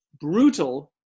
brutal